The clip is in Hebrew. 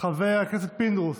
חבר הכנסת פינדרוס,